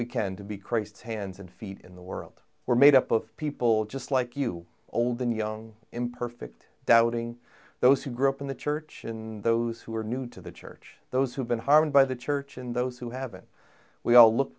we can to be christ's hands and feet in the world we're made up of people just like you old and young imperfect doubting those who grew up in the church in those who are new to the church those who've been harmed by the church and those who have it we all look